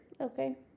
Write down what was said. Okay